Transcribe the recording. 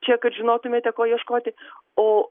čia kad žinotumėte ko ieškoti o